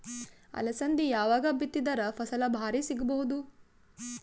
ಅಲಸಂದಿ ಯಾವಾಗ ಬಿತ್ತಿದರ ಫಸಲ ಭಾರಿ ಸಿಗಭೂದು?